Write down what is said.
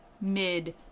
mid